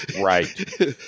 Right